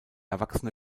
erwachsene